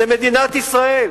זה מדינת ישראל.